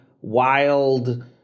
wild